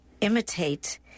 imitate